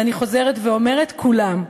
ואני חוזרת ואומרת: כולם,